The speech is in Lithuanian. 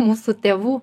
mūsų tėvų